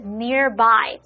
nearby